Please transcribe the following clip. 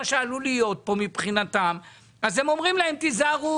שעלול להיות כאן מבחינתם והם אומרים להם להיזהר,